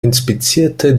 inspizierte